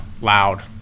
loud